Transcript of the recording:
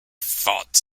fought